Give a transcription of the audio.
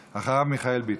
אחריו, מיכאל ביטון.